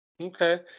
okay